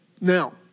Now